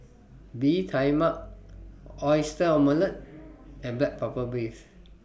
Bee Tai Mak Oyster Omelette and Black Pepper Beef